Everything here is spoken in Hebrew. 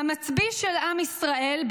והמצביא של עם ישראל,